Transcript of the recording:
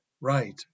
right